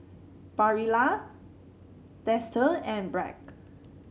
Barilla Dester and Bragg